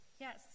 yes